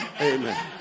Amen